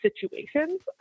situations